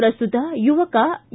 ಪ್ರಸ್ತುತ ಯುವಕ ಇ